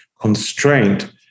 constraint